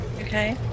Okay